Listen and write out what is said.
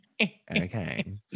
Okay